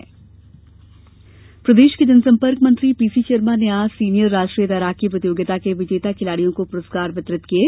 तैराकी पुरस्कार प्रदेश के जनसंपर्क मंत्री पीसी शर्मा ने आज सीनियर राष्ट्रीय तैराकी प्रतियोगिता के विजेता खिलाड़ियों को पुरस्कार वितरित किये